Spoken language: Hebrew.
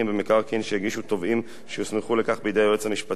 שיגישו תובעים שיוסמכו לכך בידי היועץ המשפטי לממשלה.